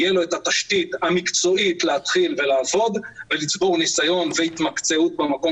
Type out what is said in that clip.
תהיה לו את התשתית המקצועית להתחיל ולעבוד ולצבור ניסיון והתמקצעות במקום